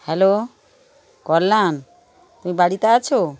hello Kalyan তুমি বাড়িতে আছো